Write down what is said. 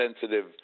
sensitive